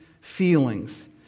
feelings